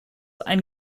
ein